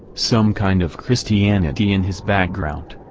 some kind of christianity in his background.